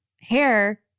hair